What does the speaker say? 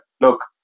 look